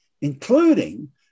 including